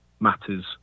matters